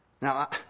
Now